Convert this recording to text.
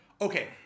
okay